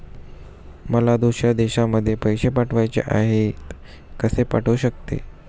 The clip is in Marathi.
मला दुसऱ्या देशामध्ये पैसे पाठवायचे आहेत कसे पाठवू शकते?